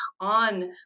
on